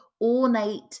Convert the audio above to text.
ornate